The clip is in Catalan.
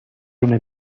una